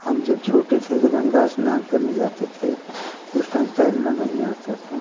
हम जब छोटे थे तो गंगा स्नान करने जाते थे तो उस टाइम तैरना नहीं आता था